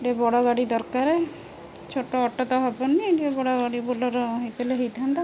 ଟିକେ ବଡ଼ ଗାଡ଼ି ଦରକାରେ ଛୋଟ ଅଟୋ ତ ହବନି ଟିକେ ବଡ଼ ଗାଡ଼ି ବୋଲର ହେଇଥିଲେ ହେଇଥାନ୍ତା